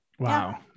Wow